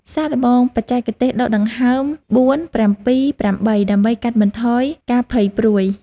សាកល្បងបច្ចេកទេសដកដង្ហើម ៤,៧,៨ ដើម្បីកាត់បន្ថយការភ័យព្រួយ។